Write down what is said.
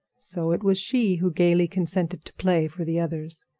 so it was she who gaily consented to play for the others.